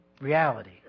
Reality